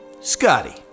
Scotty